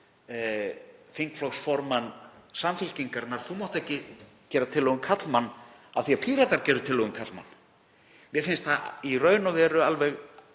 þingflokksformann Samfylkingarinnar: Þú mátt ekki gera tillögu um karlmann af því að Píratar gerðu tillögu um karlmann. Mér finnst það í raun og veru alveg